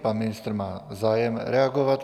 Pan ministr má zájem reagovat.